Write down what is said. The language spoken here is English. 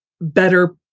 better